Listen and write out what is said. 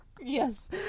Yes